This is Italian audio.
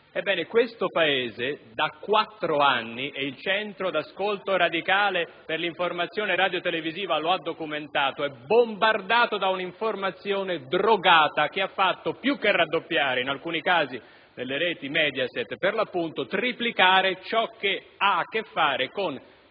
Ebbene, questo Paese da quattro anni - e il Centro di ascolto radicale dell'informazione radiotelevisiva lo ha documentato - è bombardato da un'informazione drogata che più che raddoppiare, ha fatto triplicare, in alcuni casi, nelle reti Mediaset per l'appunto, ciò che ha a che fare con